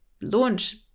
launch